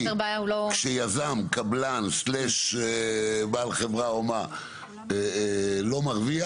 כשיזם, קבלן, בעל חברה, לא מרוויח